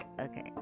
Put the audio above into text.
okay